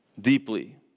deeply